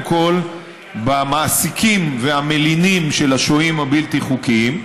כול במעסיקים והמלינים של השוהים הבלתי-חוקיים.